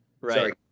Right